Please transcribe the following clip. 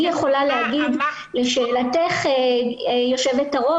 אני יכולה להגיד, לשאלתך יו"ר,